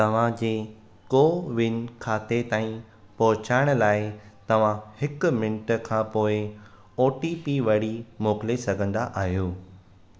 तव्हांजे कोविन खाते ताईं पहुचणु लाइ तव्हां हिकु मिंट खां पोइ ओ टी पी वरी मोकिले सघंदा आहियो